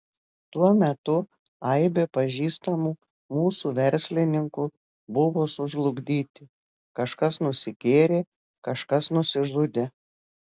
tuo metu aibė pažįstamų mūsų verslininkų buvo sužlugdyti kažkas nusigėrė kažkas nusižudė